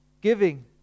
giving